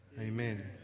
Amen